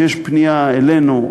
שיש פנייה אלינו,